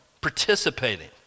participating